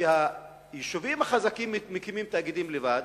שהיישובים החזקים מקימים תאגידים לבד,